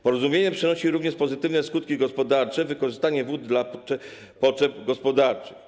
Porozumienie przynosi również pozytywne skutki gospodarcze przez wykorzystanie wód na potrzeby gospodarcze.